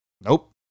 Nope